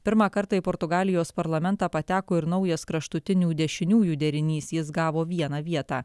pirmą kartą į portugalijos parlamentą pateko ir naujas kraštutinių dešiniųjų derinys jis gavo vieną vietą